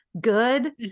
good